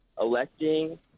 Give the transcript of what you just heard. electing